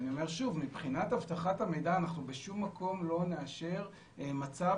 ומבחינת אבטחת המידע אנחנו בשום מקום לא נאשר מצב